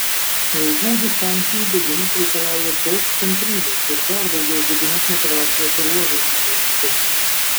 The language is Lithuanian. ilgų distancijų bėgimas reikalauja daug kantrybės ir dar daugiau vidinės motyvacijos ruožui įveikti